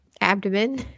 abdomen